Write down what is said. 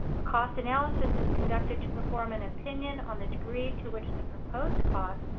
a cost analysis is conducted to perform an opinion on the degree to which the proposed cost,